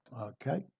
Okay